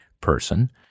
person